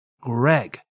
Greg